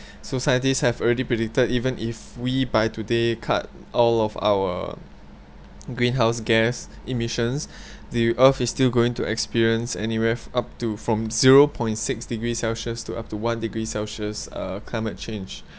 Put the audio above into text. so scientist have already predicted even if we by today cut all of our greenhouse gas emissions the earth is still going to experience anywhere up to from zero point six degree celsius to up to one degree celsius uh climate change